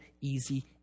easy